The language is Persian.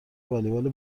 والیبال